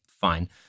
fine